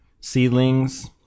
seedlings